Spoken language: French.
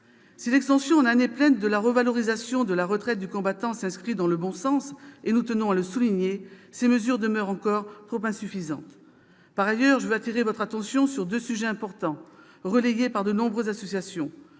Si l'extension en année pleine de la revalorisation de la retraite du combattant s'inscrit dans le bon sens- nous tenons à le souligner -, les mesures demeurent encore trop insuffisantes. Par ailleurs, je veux attirer votre attention sur deux sujets importants, relayés par de nombreuses associations.